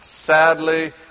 sadly